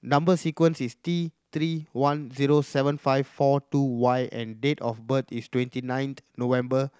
number sequence is T Three one zero seven five four two Y and date of birth is twenty ninth November